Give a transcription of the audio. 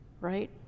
right